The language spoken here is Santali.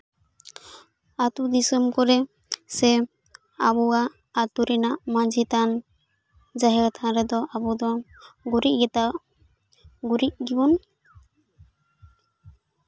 ᱟᱹᱛᱩ ᱫᱤᱥᱚᱢ ᱠᱚᱨᱮ ᱥᱮ ᱟᱵᱚᱣᱟᱜ ᱟᱹᱛᱩ ᱨᱮᱱᱟᱜ ᱢᱟᱱᱡᱷᱤ ᱛᱷᱟᱱ ᱡᱟᱦᱮᱨ ᱛᱷᱟᱱ ᱨᱮᱫᱚ ᱟᱵᱚ ᱫᱚ ᱜᱩᱨᱤᱡ ᱜᱮᱛᱚ ᱜᱩᱨᱤᱡ ᱜᱮᱵᱚᱱ